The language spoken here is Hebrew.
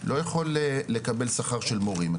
לא יכול לקבל שכר של מורים.